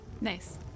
Nice